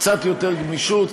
קצת יותר גמישות,